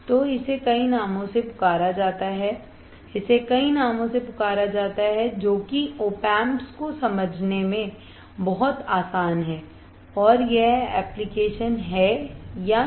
तो इसे कई नामों से पुकारा जाता है इसे कई नामों से पुकारा जाता है जो कि opamps को समझने में बहुत आसान है और यह एप्लीकेशन है कि नहीं